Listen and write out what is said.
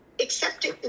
accepting